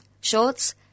Shorts